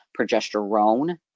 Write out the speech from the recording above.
progesterone